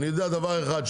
אני יודע דבר אחד,